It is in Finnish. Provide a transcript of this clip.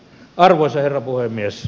arvoisa herra puhemies